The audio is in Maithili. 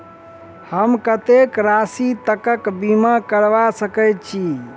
हम कत्तेक राशि तकक बीमा करबा सकै छी?